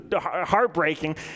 heartbreaking